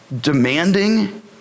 demanding